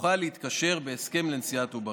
יוכל להתקשר בהסכם לנשיאת עוברים.